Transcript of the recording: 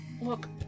look